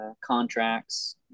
contracts